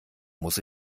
muss